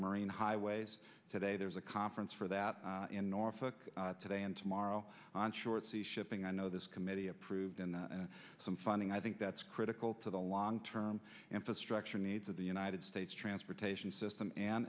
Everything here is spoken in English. marine highways today there's a conference for that in norfolk today and tomorrow on short sea shipping i know this committee approved some funding i think that's critical to the long term infrastructure needs of the united states transportation system and